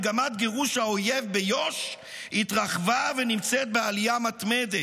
מגמת גירוש האויב ביו"ש התרחבה ונמצאת בעלייה מתמדת,